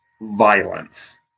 violence